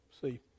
see